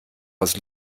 aus